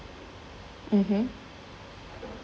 mmhmm